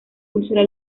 úrsula